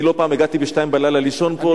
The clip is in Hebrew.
אני לא פעם הגעתי ב-02:00 לישון פה,